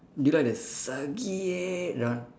do you like the Sakiyae that one